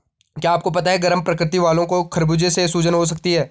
क्या आपको पता है गर्म प्रकृति वालो को खरबूजे से सूजन हो सकती है?